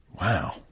Wow